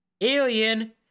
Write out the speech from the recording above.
alien